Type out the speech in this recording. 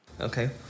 okay